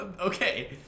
okay